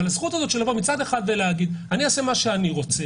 אבל הזכות לבוא מצד אחד ולהגיד: אעשה מה שאני רוצה,